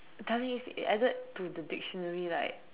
I'm telling you it's either to the dictionary like